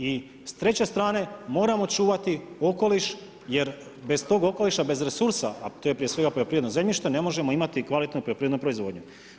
I s treće strane moramo čuvati okoliš jer bez tog okoliša, bez resursa, a to je prije svega poljoprivredno zemljište ne možemo imati kvalitetnu poljoprivrednu proizvodnju.